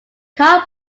car